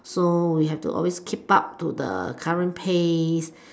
so we have to always keep up to the current pace